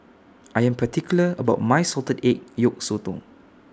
I Am particular about My Salted Egg Yolk Sotong